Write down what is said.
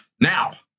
Now